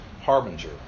Harbinger